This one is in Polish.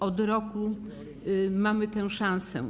Od roku mamy tę szansę.